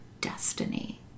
destiny